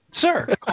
Sir